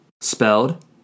Spelled